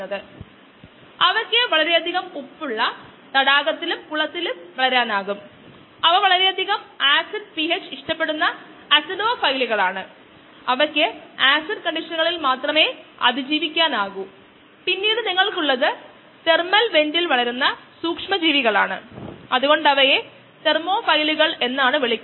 μmSKSS ഈ വ്യതിയാനം വളർച്ചാ നിരക്കിനെ ബാധിക്കും അതിനാൽ ബാച്ചിൽ ഒരു നിശ്ചിത കോശങ്ങളുടെ സാന്ദ്രത കൈവരിക്കാൻ എടുക്കുന്ന സമയത്തിനെ അത് ആത്യന്തികമായി ബാധിക്കും